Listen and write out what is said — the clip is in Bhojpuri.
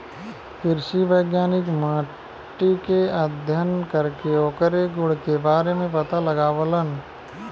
कृषि वैज्ञानिक मट्टी के अध्ययन करके ओकरे गुण के बारे में पता लगावलन